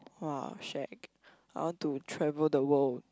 !wah! shag I want to travel the world